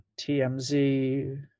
TMZ